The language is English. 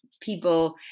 people